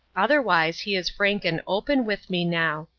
otherwise he is frank and open with me, now.